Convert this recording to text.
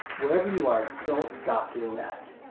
wherever you are. don't stop doing that.